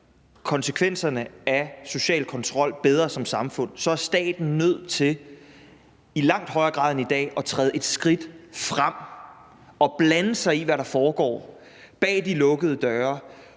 konsekvenserne af social kontrol bedre som samfund, er staten nødt til i langt højere grad end i dag at træde et skridt frem og blande sig i, hvad der foregår bag de lukkede døre